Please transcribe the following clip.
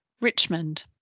Richmond